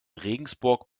regensburg